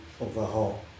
overhaul